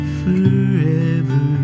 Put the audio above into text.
forever